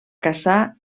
caçar